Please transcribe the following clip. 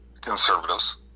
conservatives